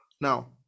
Now